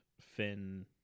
Finn